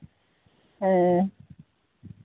ᱦᱮᱸ